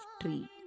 tree